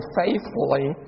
faithfully